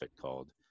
called